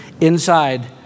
inside